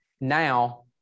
now